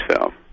film